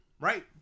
Right